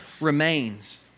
remains